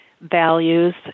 Values